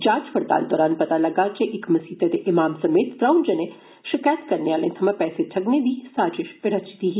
जांच पड़ताल दौरान पता लग्गेया जे इक मसीतै दे इमाम समेत त्रौं जनें शकैत करने आले थवां पैसे ठग्गने दी साजिश रची ही